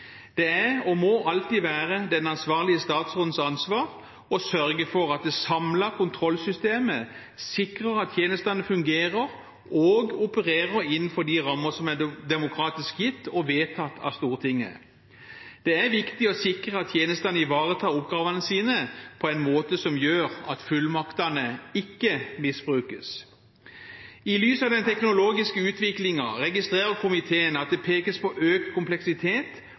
Det er og må alltid være den ansvarlige statsrådens ansvar å sørge for at det samlede kontrollsystemet sikrer at tjenestene fungerer og opererer innenfor de rammer som er demokratisk gitt og vedtatt av Stortinget. Det er viktig å sikre at tjenestene ivaretar oppgavene sine på en måte som gjør at fullmaktene ikke misbrukes. I lys av den teknologiske utviklingen registrerer komiteen at det pekes på økt kompleksitet